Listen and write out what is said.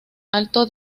alto